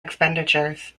expenditures